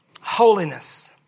Holiness